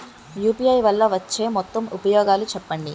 UPI వల్ల వచ్చే మొత్తం ఉపయోగాలు చెప్పండి?